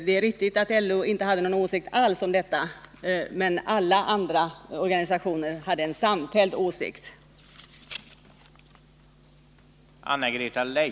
Det är riktigt att LO inte hade någon åsikt alls om detta, men alla andra organisationer hade en samfälld åsikt om det.